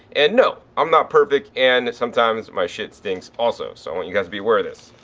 and no, i'm not perfect and sometimes my shit stinks also. so i want you guys to be aware of this.